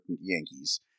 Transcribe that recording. Yankees